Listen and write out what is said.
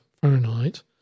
Fahrenheit